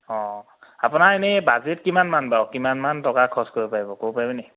অ' আপোনাৰ এনেই বাজেট কিমানমান বাৰু কিমানমান টকা খৰচ কৰিব পাৰিব ক'ব পাৰিবনে